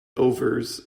overs